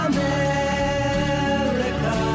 America